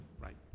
right